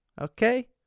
Okay